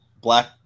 Black